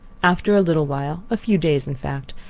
after a little while, a few days, in fact,